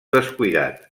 descuidat